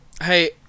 Hey